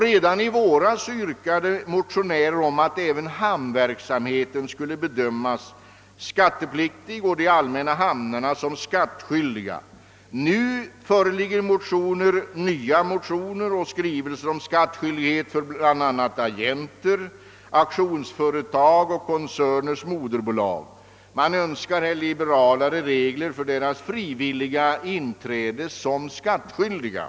Redan i våras yrkade motionärer att även hamnverksamheten skulle bedömas som skattepliktig och de allmänna hamnarna som skattskyldiga. Nu föreligger nya motioner och skrivelser om skattskyldighet för bl.a. agenter, auktionsföretag och koncerners moderbolag; man önskar liberalare regler för deras frivilliga inträde som skattskyldiga.